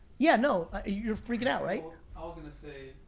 yeah, no, you're freakin' out, right? i was gonna say,